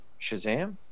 Shazam